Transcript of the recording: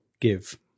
give